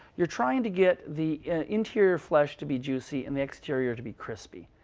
you're trying to get the interior flesh to be juicy and the exterior to be crispy.